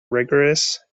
rigorous